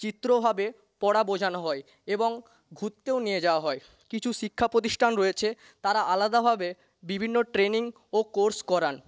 চিত্রভাবে পড়া বোঝানো হয় এবং ঘুরতেও নিয়ে যাওয়া হয় কিছু শিক্ষা প্রতিষ্ঠান রয়েছে তারা আলাদাভাবে বিভিন্ন ট্রেনিং ও কোর্স করান